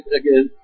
again